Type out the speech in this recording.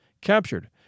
captured